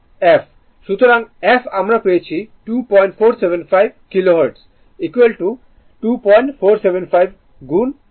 সুতরাং f আমরা পেয়েছি 2475 কিলোহার্টজ 2475 গুণ 1000